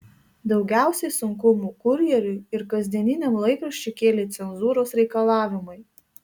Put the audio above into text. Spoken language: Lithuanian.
daugiausiai sunkumų kurjeriui ir kasdieniniam laikraščiui kėlė cenzūros reikalavimai